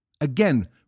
Again